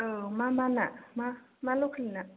औ मा मा ना मा लकेल ना